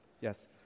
Yes